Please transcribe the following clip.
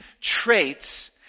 traits